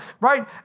Right